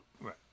Right